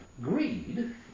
greed